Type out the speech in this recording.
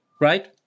Right